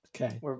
okay